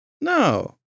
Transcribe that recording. No